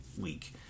week